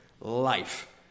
life